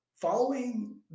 Following